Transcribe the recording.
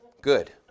Good